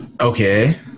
Okay